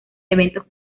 eventos